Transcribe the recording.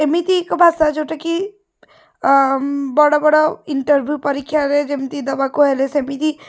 ଏମିତି ଏକ ଭାଷା ଯେଉଁଟାକି ବଡ଼ ବଡ଼ ଇଣ୍ଟରଭିୟୁ ପରୀକ୍ଷାରେ ଯେମିତି ଦେବାକୁ ହେଲେ ସେମିତି